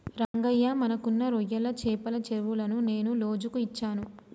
రంగయ్య మనకున్న రొయ్యల చెపల చెరువులను నేను లోజుకు ఇచ్చాను